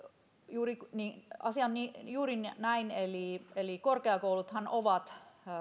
asia on juuri näin eli eli korkeakouluthan ovat